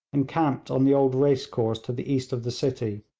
and camped on the old racecourse to the east of the city.